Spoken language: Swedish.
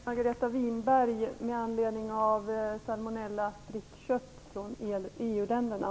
Herr talman! Jag vill ställa en fråga till jordbruksminister Margareta Winberg om frihet från salmonella i kött från EU-länderna.